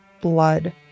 blood